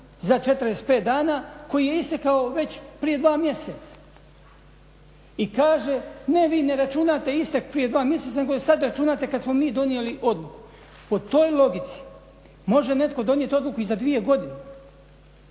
za 45 dana koji je istekao već prije 2 mjeseca. I kaže, ne vi ne računate istek prije 2 mjeseca nego sad računate kad smo mi donijeli odluku. Po toj logici može netko donijeti odluku i za 2 godine